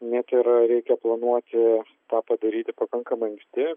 net ir reikia planuoti tą padaryti pakankamai anksti